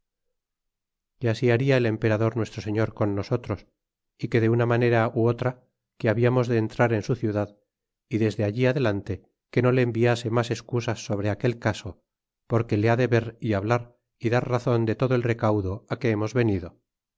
que así baria el emperador nuestro señor con nosotros y que de una manera ó otra que habiamos de entrar en su cuidad y desde allí adelante que no le enviase mas excusas sobre aquel caso porque le ha de ver y hablar y dar razon de todo el recaudo á que hemos venido